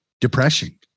Depression